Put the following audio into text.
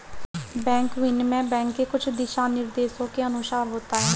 bank विनिमय bank के कुछ दिशानिर्देशों के अनुसार होता है